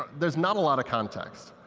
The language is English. there's not a lot of context.